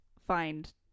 find